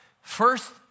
First